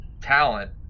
talent